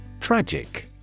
Tragic